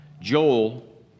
Joel